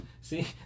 See